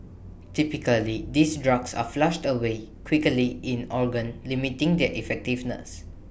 typically these drugs are flushed away quickly in organs limiting their effectiveness